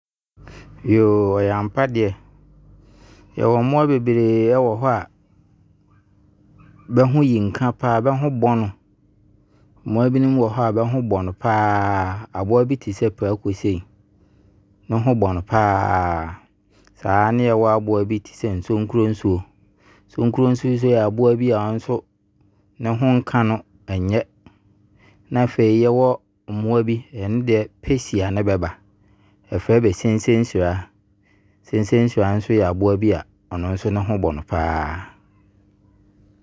Yoo, ɛyɛ ampa deɛ. Yɛwɔ mmoa bebree ɛwɔ hɔ a, bɛho yi nka paa, bɛho bɔn no. Mmoa binom wɔ hɔ a bɛho bɔn paa. Aboa bi te sɛ Prako sei, ne ho bɔn paa. Saa ne yɛwɔ aboa bi te sɛ Nsonkronsuo. Nsonkronsuo nso yɛ aboa bi a ɔno nso ne ho nka no, ɛnyɛ. Na afei yɛwɔ mmoa bi, ɛno deɛ, pɛ si a ne bɛba. Yɛfrɛ bɛ sensensiraa. Sensensiraa nso yɛ aboa bi a ɔno nso ne ho bɔn paa.